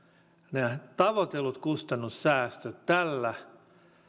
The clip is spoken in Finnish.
nämä tavoitellut kustannussäästöt tällä